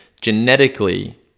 genetically